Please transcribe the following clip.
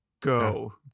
go